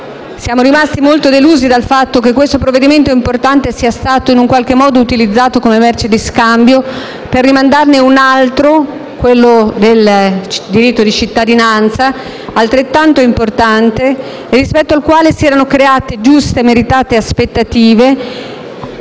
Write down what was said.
siamo rimasti molto delusi dal fatto che un provvedimento importante sia stato utilizzato come merce di scambio per rimandarne un altro, quello del diritto di cittadinanza, altrettanto rilevante e rispetto al quale si erano create giuste e meritate aspettative,